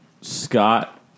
Scott